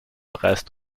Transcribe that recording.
reißt